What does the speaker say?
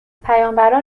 پیامبران